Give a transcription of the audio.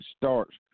starts